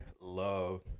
love